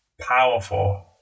powerful